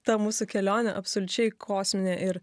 ta mūsų kelionė absoliučiai kosminė ir